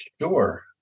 Sure